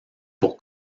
pour